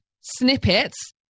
snippets